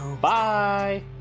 Bye